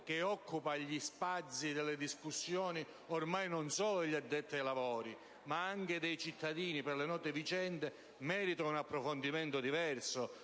che occupano gli spazi delle discussioni ormai non solo degli addetti ai lavori, ma anche dei cittadini (per le note vicende), meritino un approfondimento diverso